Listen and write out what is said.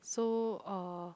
so uh